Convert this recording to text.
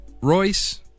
Royce